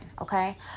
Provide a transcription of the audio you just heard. Okay